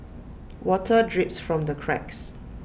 water drips from the cracks